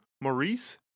Maurice